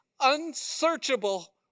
unsearchable